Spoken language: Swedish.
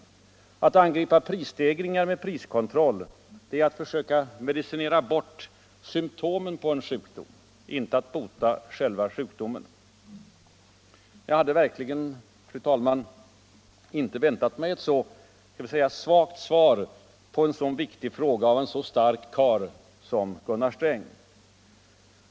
Att angripa prisstegringar med priskontroll är att försöka medicinera bort symptomen på en sjukdom, inte att bota själva sjukdomen. Jag hade verkligen, fru talman, inte väntat mig ett så svagt svar på en så viktig fråga av en så stark karl som Gunnar Sträng.